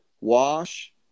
Wash